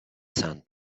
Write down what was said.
sand